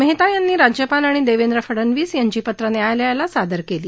मेहता यांनी राज्यपाल आणि देवेंद्र फडनवीस यांची पत्रं न्यायालयाला सादर केली